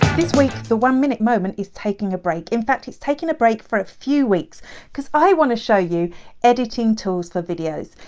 this week the one minute moment is taking a break, in fact it's taking a break for a few weeks because i want to show you editing tools for videos.